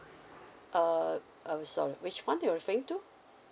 err um sorry which one you're referring to